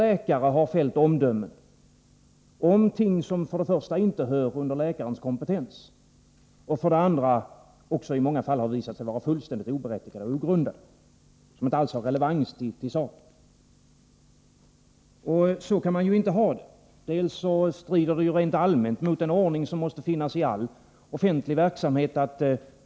Läkare har fällt omdömen om olika ting. För det första har omdömena gällt sådant som inte ligger under läkarens kompetens. För det andra har de i många fall visat sig vara fullständigt oberättigade och ogrundade. De har totalt saknat relevans. Så får det inte vara. Först och främst strider ett sådant förfarande rent allmänt mot den ordning som måste finnas i all offentlig verksamhet.